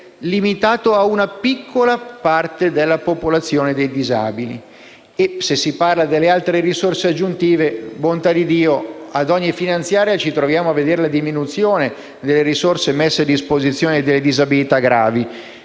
limitato a una piccola parte della popolazione dei disabili. Se si parla delle altre risorse aggiuntive - bontà di Dio - in occasione di ogni manovra finanziaria assistiamo alla diminuzione delle risorse messe a disposizione per le disabilità gravi,